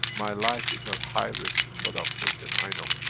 my life is at high risk, in what i've taken, i know,